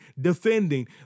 defending